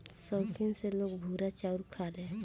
सौखीन से लोग भूरा चाउर खाले